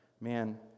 man